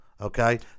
Okay